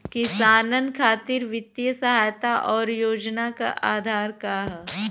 किसानन खातिर वित्तीय सहायता और योजना क आधार का ह?